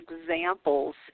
examples